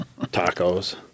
tacos